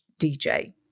DJ